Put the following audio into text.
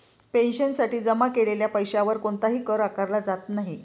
पेन्शनसाठी जमा केलेल्या पैशावर कोणताही कर आकारला जात नाही